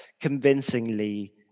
convincingly